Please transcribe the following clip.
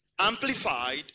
amplified